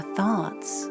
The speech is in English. thoughts